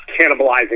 cannibalizing